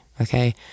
okay